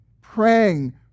praying